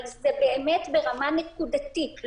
אבל זה באמת ברמה נקודתית.